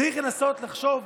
צריך לנסות לחשוב,